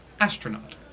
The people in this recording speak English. astronaut